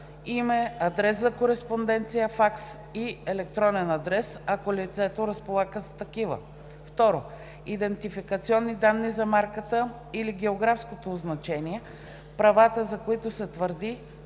име, адрес за кореспонденция, факс и електронен адрес, ако лицето разполага с такива; 2. идентификационни данни за марката или географското означение, правата, за които се твърди,